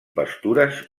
pastures